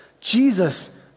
Jesus